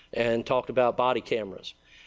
and talked about body cameras.